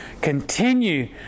continue